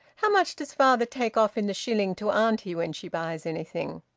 how much does father take off in the shilling to auntie when she buys anything?